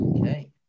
okay